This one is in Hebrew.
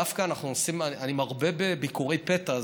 אני דווקא מרבה בביקורי פתע,